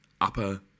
upper